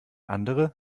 andere